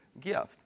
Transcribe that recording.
gift